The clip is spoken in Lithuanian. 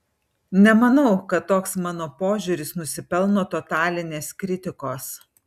nemanau kad toks mano požiūris nusipelno totalinės kritikos